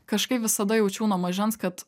kažkaip visada jaučiau nuo mažens kad